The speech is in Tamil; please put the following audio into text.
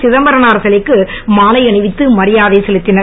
சிதம்பரனார் சிலைக்கு மாலை அணிவித்து மரியாதை செலுத்தினர்